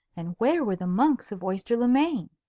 and where were the monks of oyster-le-main?